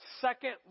second